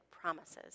promises